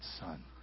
Son